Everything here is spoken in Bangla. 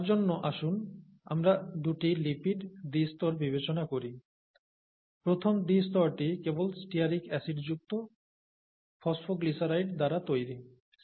তার জন্য আসুন আমরা দুটি লিপিড দ্বি স্তর বিবেচনা করি প্রথম দ্বি স্তরটি কেবল স্টিয়ারিক অ্যাসিডযুক্ত ফসফগ্লিসারাইড দ্বারা তৈরি C18